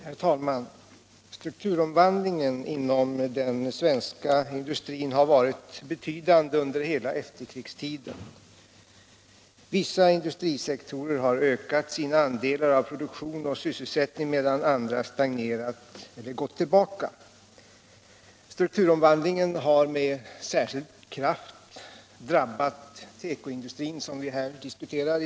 Herr talman! Strukturomvandlingen inom den svenska industrin har varit betydande under hela efterkrigstiden. Vissa industrisektorer har ökat sina andelar av produktion och sysselsättning, medan andra stagnerat eller gått tillbaka. Strukturomvandlingen har med särskild kraft drabbat tekoindustrin, som vi i dag diskuterar.